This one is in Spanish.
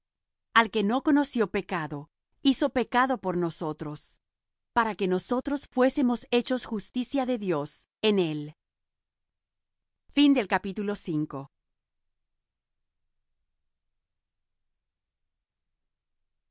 al que no conoció pecado hizo pecado por nosotros para que nosotros fuésemos hechos justicia de dios en él y